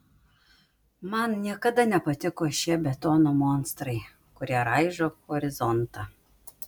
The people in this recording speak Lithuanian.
man niekada nepatiko šie betono monstrai kurie raižo horizontą